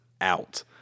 out